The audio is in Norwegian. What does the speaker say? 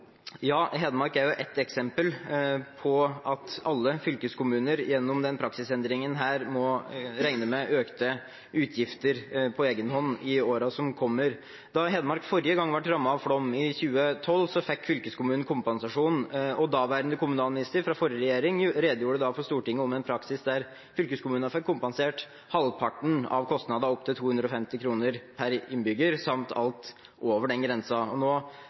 Ja, Hedmark er et eksempel på at alle fylkeskommuner gjennom denne praksisendringen må regne med økte utgifter på egen hånd i årene som kommer. Da Hedmark forrige gang ble rammet av flom i 2012, fikk fylkeskommunen kompensasjon og daværende kommunalminister fra forrige regjering redegjorde for Stortinget om en praksis der fylkeskommunene fikk kompensert halvparten av kostnadene opp til 250 kr per innbygger samt alt over den grensen. Nå er praksisen endret, og